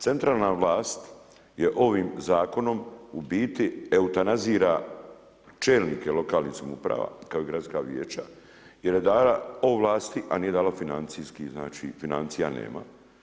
Centralna vlast je ovim zakonom u biti eutanazira čelnike lokalnih samouprava kao gradska vijeća i redara ovlasti, a nije dalo financijski, znači financija nema.